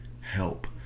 help